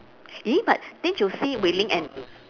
but didn't you see wei-ling and